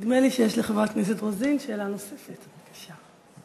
נדמה לי שיש לחברת הכנסת רוזין שאלה נוספת, בבקשה.